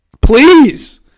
Please